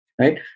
right